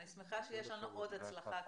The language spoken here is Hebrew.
אני שמחה שיש לנו עוד הצלחה כאן.